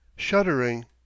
shuddering